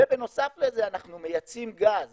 בנוסף לזה אנחנו מייצאים גז